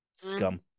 scum